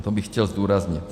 To bych chtěl zdůraznit.